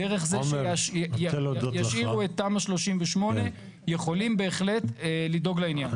דרך זה שישאירו את תמ"א 38 יכולים בהחלט לדאוג לעניין.